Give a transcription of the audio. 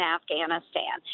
Afghanistan